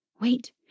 Wait